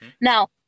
now